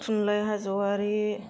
थुनलाइ हाज'वारी